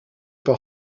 par